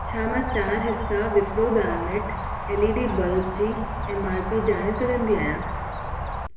छा मां चारि हिसा Wipro garnet L E D bulb जी एम आर पी ॼाणे सघंदी आहियां